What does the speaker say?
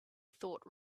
thought